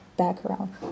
background